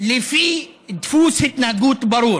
לפי דפוס התנהגות ברור: